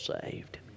saved